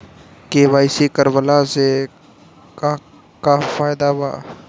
KYC करवला से का का फायदा बा?